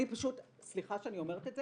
אני פשוט סליחה שאני אומרת את זה